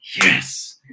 yes